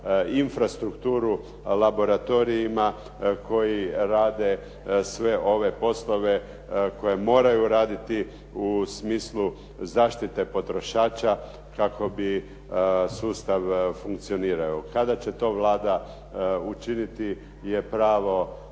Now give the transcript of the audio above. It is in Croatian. infrastrukturu laboratorijima koji rade sve ove poslove koje moraju raditi u smislu zaštite potrošača kako bi sustav funkcionirao. Kada će to Vlada učiniti je prva